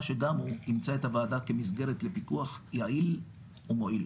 שגם הוא ימצא את הוועדה כמסגרת לפיקוח יעיל ומועיל.